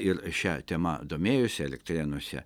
ir šia tema domėjosi elektrėnuose